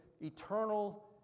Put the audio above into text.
eternal